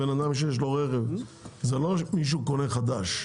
בן אדם שיש לו רכב, זה לא מישהו קונה חדש.